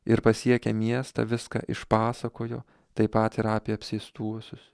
ir pasiekę miestą viską išpasakojo taip pat ir apie apsėstuosius